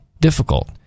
difficult